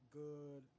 good